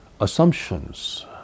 assumptions